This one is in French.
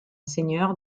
seigneur